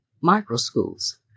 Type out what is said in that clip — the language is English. micro-schools